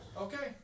Okay